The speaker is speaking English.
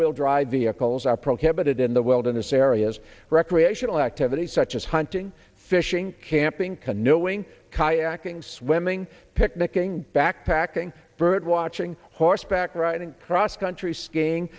wheel drive vehicles are prohibited in the wilderness areas recreational activities such as hunting fishing camping canoeing kayaking swimming picnicking backpacking birdwatching horseback riding cross country skiing